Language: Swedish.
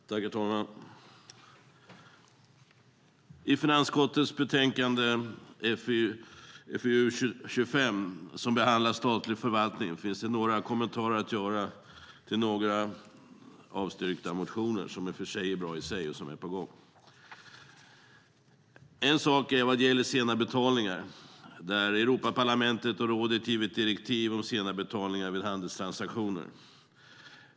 Herr talman! I fråga om finansutskottets betänkande FiU25 om statlig förvaltning finns det några kommentarer att göra till några avstyrkta motioner - som i sig är bra och där arbete pågår. En motion gäller sena betalningar, där Europaparlamentet och rådet givit direktiv om sena betalningar vid handelstransaktioner.